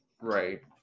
Right